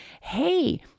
hey